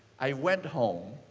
i went home,